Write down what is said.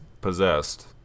possessed